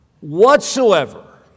Whatsoever